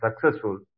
successful